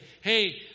hey